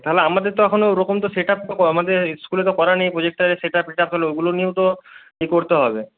তাহলে আমাদের তো এখনও ওরকম তো সেটাপ তো আমাদের স্কুলে তো করা নেই প্রোজেক্টরের সেটাপ টেটাপ তাহলে ওগুলো নিয়েও তো ই করতে হবে